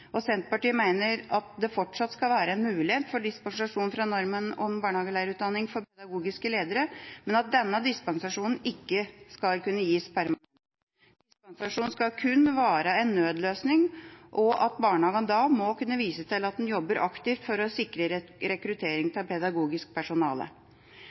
Senterpartiet mener at det fortsatt skal være mulighet for dispensasjon fra normen om barnehagelærerutdanning for pedagogiske ledere, men at denne dispensasjonen ikke skal kunne gis permanent. Dispensasjon skal kun være en nødløsning, og barnehagen må da kunne vise til at den jobber aktivt for å sikre rekruttering av pedagogisk personale.